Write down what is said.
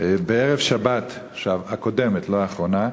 בערב שבת הקודמת, לא האחרונה,